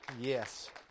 Yes